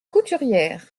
couturière